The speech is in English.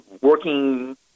working